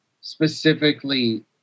specifically